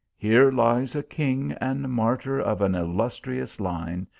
here lies a king and martyr of an illustrious line,